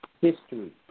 history